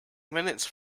minutes